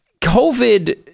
COVID